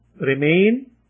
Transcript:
remain